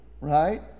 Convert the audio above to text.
Right